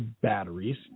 batteries